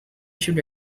should